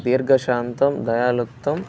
దీర్ఘశాంతం దయాలుప్తం